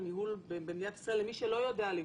הניהול במדינת ישראל למי שלא יודע לבדוק.